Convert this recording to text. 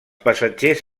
passatgers